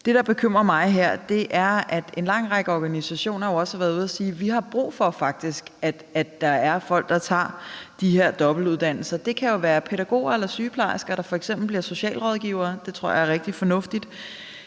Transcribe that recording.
Det, der bekymrer mig her, er, at en lang række organisationer jo også har været ude at sige, at de faktisk har brug for, at der er folk, der tager de her dobbeltuddannelser. Det kan være pædagoger eller sygeplejersker, der f.eks. bliver socialrådgivere. Det tror jeg er rigtig fornuftigt.